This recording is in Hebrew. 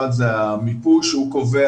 אחד, זה המיפוי שהוא קובע.